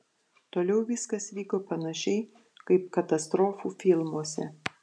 toliau viskas vyko panašiai kaip katastrofų filmuose